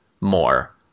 more